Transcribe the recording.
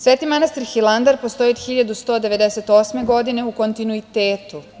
Sveti manastir Hilandar postoji od 1198. godine u kontinuitetu.